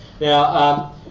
Now